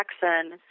Jackson